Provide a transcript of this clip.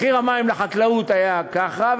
מחיר המים לחקלאות היה ככה,